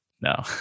No